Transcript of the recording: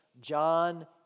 John